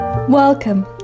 Welcome